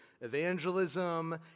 evangelism